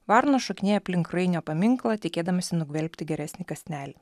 varna šokinėja aplink rainio paminklą tikėdamasi nugvelbti geresnį kąsnelį